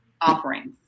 offerings